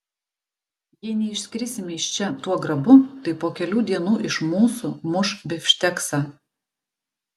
jei neišskrisime iš čia tuo grabu tai po kelių dienų iš mūsų muš bifšteksą